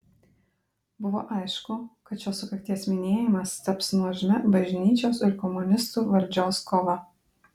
buvo aišku kad šios sukakties minėjimas taps nuožmia bažnyčios ir komunistų valdžios kova